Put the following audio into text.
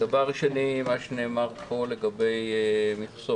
דבר שני מה שנאמר כאן לגבי מכסות.